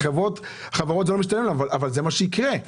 זה לא משתלם לחברות אבל זה מה שיקרה.